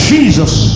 Jesus